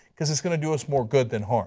because it is going to do is more good than harm.